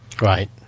Right